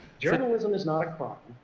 journalism is not a crime,